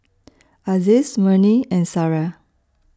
Aziz Murni and Sarah